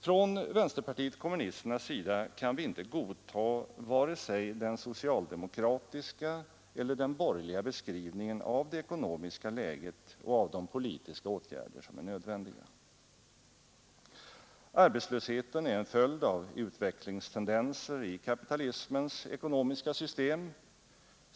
Från vänsterpartiet kommunisternas sida kan vi inte godta vare sig den socialdemokratiska eller den borgerliga beskrivningen av det ekonomiska läget och av de politiska åtgärder som är nödvändiga. Arbetslösheten är en följd av utvecklingstendenser i kapitalismens ekonomiska system.